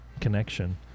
connection